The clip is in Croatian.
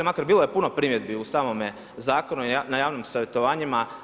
Makar bilo je puno primjedbi u samome zakonu na javnim savjetovanjima.